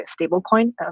stablecoin